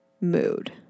Mood